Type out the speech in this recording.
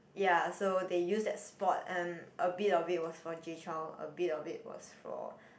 ya so they use that spot and a bit of it was for Jay-Chou a bit of it was for